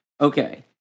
Okay